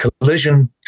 collision